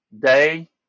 day